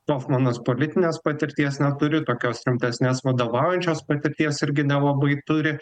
hofmanas politinės patirties neturi tokios rimtesnės vadovaujančios patirties irgi nelabai turi